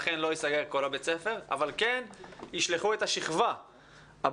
אכן לא ייסגר כל בית הספר אבל כן ישלחו את השכבה הביתה.